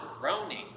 groaning